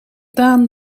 daan